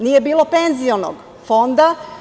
Nije bilo penzionog fonda.